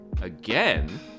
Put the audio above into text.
again